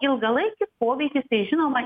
ilgalaikį poveikį tai žinoma